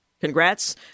Congrats